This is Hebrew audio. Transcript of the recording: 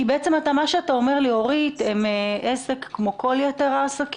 כי מה שאתה אומר לי בעצם הם עסק כמו כל יתר העסקים,